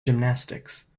gymnastics